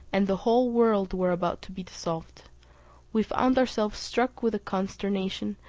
and the whole world were about to be dissolved we found ourselves struck with consternation,